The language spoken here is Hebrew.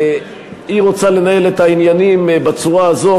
היא רוצה לנהל את העניינים בצורה הזאת,